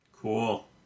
Cool